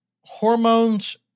hormones